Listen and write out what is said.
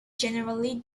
generally